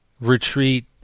retreat